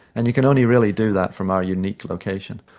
and you can only really do that from our unique location.